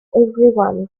everyone